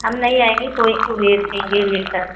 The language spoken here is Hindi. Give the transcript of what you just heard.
हम नहीं आएँगे कोई को भेज देंगे लेकर